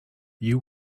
you